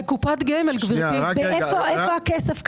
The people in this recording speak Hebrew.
איפה הכסף כרגע?